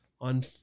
on